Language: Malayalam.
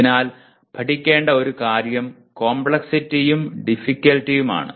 അതിനാൽ പഠിക്കേണ്ട ഒരു കാര്യം കോംപ്ലക്സിറ്റിയും ടിഫിക്കൽറ്റിയുമാണ്